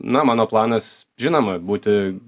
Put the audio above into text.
na mano planas žinoma būti